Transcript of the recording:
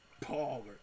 Paul